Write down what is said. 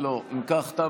לא.